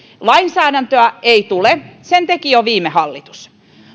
lainsäädäntöä ei tule sen teki jo viime hallitus